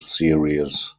series